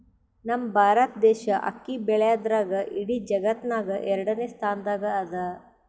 ನಮ್ ಭಾರತ್ ದೇಶ್ ಅಕ್ಕಿ ಬೆಳ್ಯಾದ್ರ್ದಾಗ್ ಇಡೀ ಜಗತ್ತ್ನಾಗೆ ಎರಡನೇ ಸ್ತಾನ್ದಾಗ್ ಅದಾ